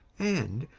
and,